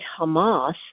Hamas